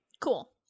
Cool